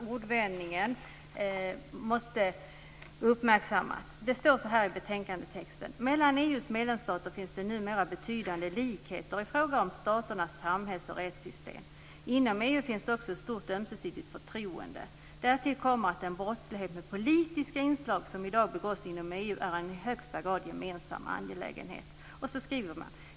Ordvändningen måste uppmärksammas: "Mellan EU:s medlemsstater finns det numera betydande likheter i fråga om staternas samhälls och rättssystem. Inom EU finns det också ett stort ömsesidigt förtroende. Därtill kommer att den brottslighet med politiska inslag som i dag begås inom EU är en i högsta grad gemensam angelägenhet.